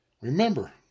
remember